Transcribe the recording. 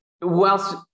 whilst